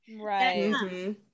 Right